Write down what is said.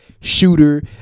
shooter